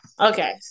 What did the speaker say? Okay